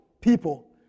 people